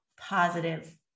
positive